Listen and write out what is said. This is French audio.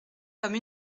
comme